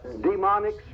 demonic